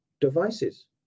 devices